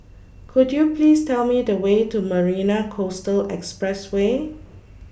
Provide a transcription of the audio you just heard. Could YOU Please Tell Me The Way to Marina Coastal Expressway